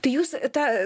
tai jūs tą